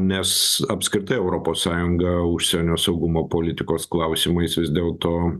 nes apskritai europos sąjunga užsienio saugumo politikos klausimais vis dėlto